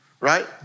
right